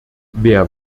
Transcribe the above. wer